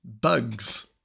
bugs